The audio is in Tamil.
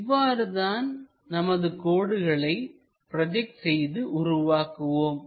இவ்வாறு தான் நமது கோடுகளை ப்ரோஜெக்ட் செய்து உருவாக்குவோம்